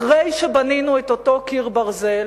אחרי שבנינו את אותו קיר ברזל,